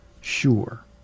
sure